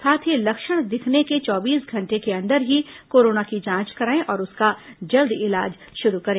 साथ ही लक्षण दिखने के चौबीस घंटे के अंदर ही कोरोना की जांच कराएं और उसका जल्द इलाज शुरू करें